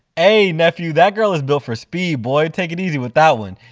ay, nephew, that girl is built for speed, boy! take it easy with that one.